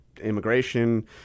immigration